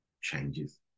changes